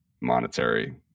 monetary